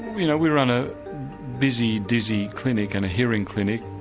you know we run a busy dizzy clinic and a hearing clinic,